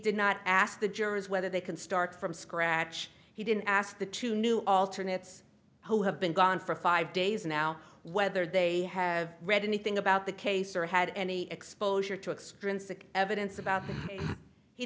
did not ask the jurors whether they can start from scratch he didn't ask the two new alternates who have been gone for five days now whether they have read anything about the case or had any exposure to experience the evidence about h